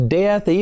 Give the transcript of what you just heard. death